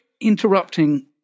interrupting